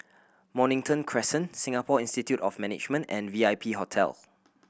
Mornington Crescent Singapore Institute of Management and V I P Hotel